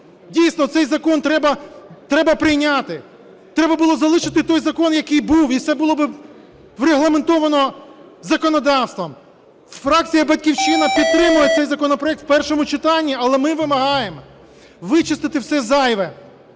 Дійсно, цей закон треба прийняти. Треба було залишити той закон, який був, і все було би врегламентовано законодавством. Фракція "Батьківщина" підтримає цей законопроект в першому читанні. Але ми вимагаємо вичистити все зайве,